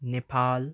Nepal